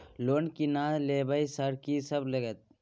Loan की ना लेबय सर कि सब लगतै?